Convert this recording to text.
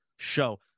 show